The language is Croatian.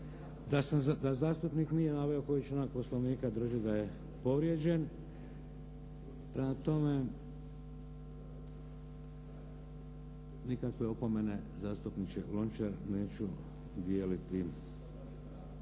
da zastupnik nije naveo koji članak Poslovnika drži da je povrijeđen. Prema tome nikakve opomene, zastupniče Lončar neću dijeliti.